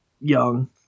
young